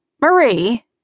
Marie